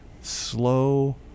slow